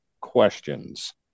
questions